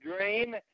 dream